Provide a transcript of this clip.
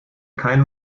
keinen